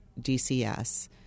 DCS